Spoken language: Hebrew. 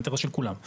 האינטרס של כולם,